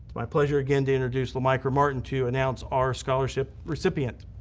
my pleasure again to introduce lamicra martin to announce our scholarship recipient.